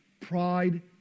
pride